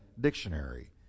Dictionary